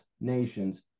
nations